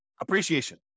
appreciation